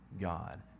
God